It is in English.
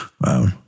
Wow